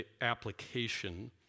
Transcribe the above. application